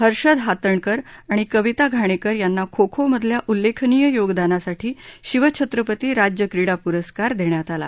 हर्षद हातणकर आणि कविता घाणेकर यांना खो खोमधल्या उल्लेखनीय योगदानासाठी शिवछत्रपती राज्य क्रीडा पुरस्कार देण्यात आला